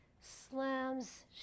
slams